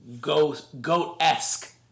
GOAT-esque